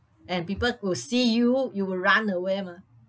and people could see you you will run away mah